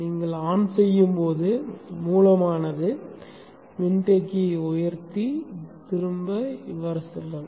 நீங்கள் ஆன் செய்யும் போது மூலமானது மின்தேக்கியை உயர்த்தி திரும்பவும் இப்படிச் செல்லும்